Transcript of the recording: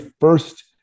first